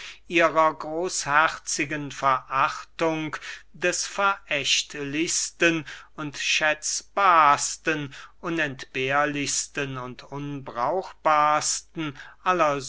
ihrer großherzigen verachtung des verächtlichsten und schätzbarsten unentbehrlichsten und unbrauchbarsten